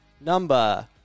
number